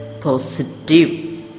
positive